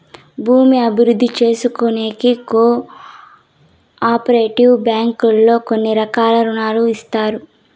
భూమి అభివృద్ధి చేసుకోనీకి కో ఆపరేటివ్ బ్యాంకుల్లో అన్ని రకాల రుణాలు ఇత్తారు